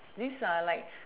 these are like